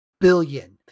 billion